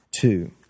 Two